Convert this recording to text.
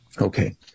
Okay